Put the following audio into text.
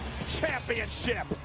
Championship